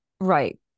Right